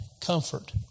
comfort